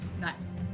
Nice